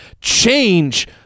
change